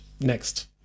next